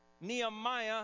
Nehemiah